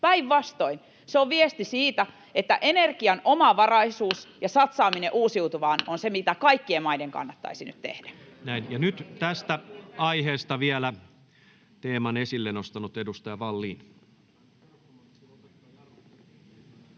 Päinvastoin se on viesti siitä, että energian omavaraisuus ja satsaaminen uusiutuvaan on se, mitä kaikkien maiden kannattaisi nyt tehdä. [Vasemmalta: Juuri näin!] Näin. — Nyt tästä aiheesta vielä teeman esille nostanut edustaja Vallin.